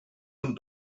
von